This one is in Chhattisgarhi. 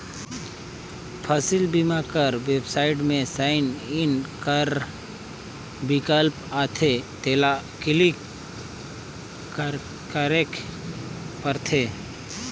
फसिल बीमा कर बेबसाइट में साइन इन कर बिकल्प आथे तेला क्लिक करेक परथे